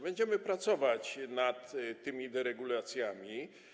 Będziemy pracować nad tymi deregulacjami.